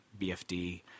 BFD